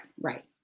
right